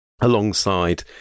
alongside